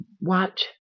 watch